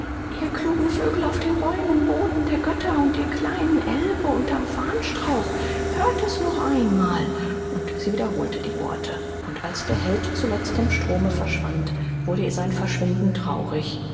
ihr klugen vögel auf den bäumen boten der götter und ihr kleinen elbe unterm farnstrauch hört es noch einmal und sie wiederholte die worte und als der held zuletzt im strome verschwand wurde ihr sein verschwinden traurig